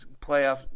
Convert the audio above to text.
playoff